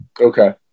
Okay